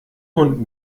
hund